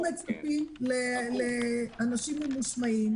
אנחנו מצפים לאנשים ממושמעים,